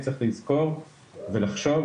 צריך לזכור ולחשוב,